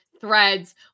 threads